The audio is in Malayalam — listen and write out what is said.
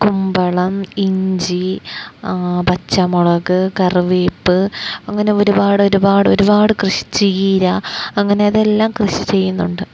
കുമ്പളം ഇഞ്ചി പച്ചമുളക് കറിവേപ്പ് അങ്ങനെ ഒരുപാട് ഒരുപാട് ഒരുപാട് കൃഷി ചീര അങ്ങനെയതെല്ലാം കൃഷി ചെയ്യുന്നുണ്ട്